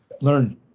learn